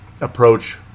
approach